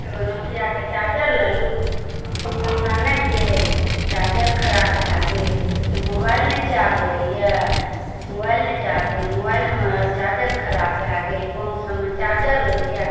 नोकियाके charger लेलहुँ दुइ महिना नहि भेल चार्जर खराब भऽ गेल मोबाइल नहि चार्ज होइए चार्जर खराब भऽ गेल पाँच सओमे चार्जर लेलिए